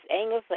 anger